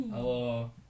Hello